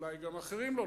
וגם אחרים לא.